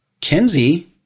Kenzie